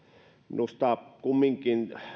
minusta kumminkin edellisellä kaudella